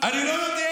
אני לא יודע.